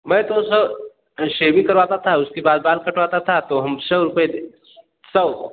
मैं तो sir shaving करवाता था उसके बाद बाल कटवाता था तो हम सौ रुपए दे सौ